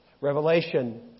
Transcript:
Revelation